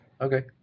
Okay